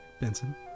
Benson